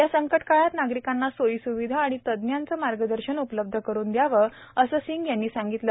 या संकटकाळात नागरिकांना सोयी स्विधा आणि तज्ञांचं मार्गदर्शन उपलब्ध करुन द्यावं असं सिंग यांनी सांगितलं